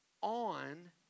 on